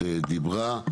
דיברה,